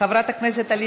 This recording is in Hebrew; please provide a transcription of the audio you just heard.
חבר הכנסת מיקי לוי,